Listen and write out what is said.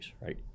right